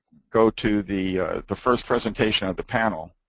go to the the first presentation of the panel,